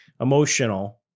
emotional